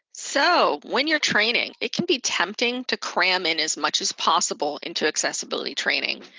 so when you're training, it can be tempting to cram in as much as possible into accessibility training.